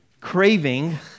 craving